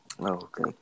okay